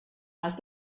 has